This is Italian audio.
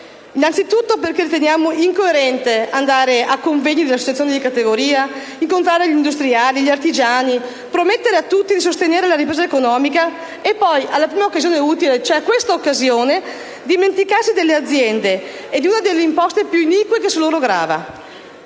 Anzitutto riteniamo incoerente andare ai convegni delle associazioni di categoria, incontrare gli industriali, gli artigiani, promettere a tutti di sostenere la ripresa economica e poi, alla prima occasione utile, cioè questa occasione, dimenticarsi delle aziende e di una delle imposte più inique che su loro grava.